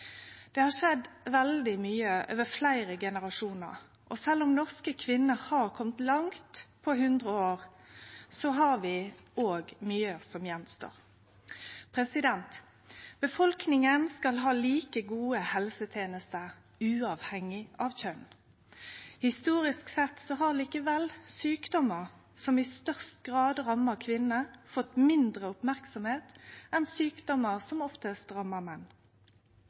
Det har skjedd veldig mykje over fleire generasjonar. Sjølv om norske kvinner har kome langt på 100 år, har vi også mykje som står att. Befolkninga skal ha like gode helsetenester uavhengig av kjønn. Historisk sett har likevel sjukdomar som i størst grad rammar kvinner, fått mindre merksemd enn sjukdomar som oftast rammar menn.